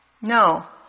No